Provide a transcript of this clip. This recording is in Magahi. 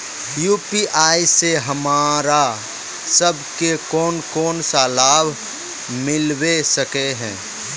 यु.पी.आई से हमरा सब के कोन कोन सा लाभ मिलबे सके है?